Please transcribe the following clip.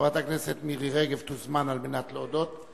חברת הכנסת מירי רגב תוזמן על מנת להודות.